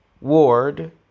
Ward